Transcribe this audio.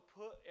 put